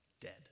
dead